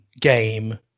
game